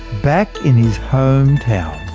back in his home town,